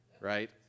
right